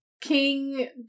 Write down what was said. King